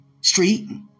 Street